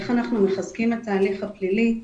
איך אנחנו מחזקים את ההליך הפלילי,